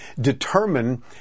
determine